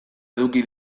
eduki